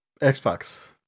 Xbox